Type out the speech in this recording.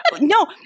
No